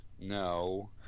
No